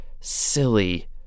silly